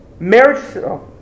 Marriage